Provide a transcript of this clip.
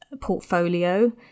portfolio